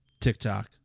TikTok